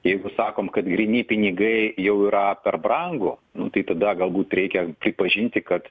jeigu sakom kad gryni pinigai jau yra per brangu tai tada galbūt reikia pripažinti kad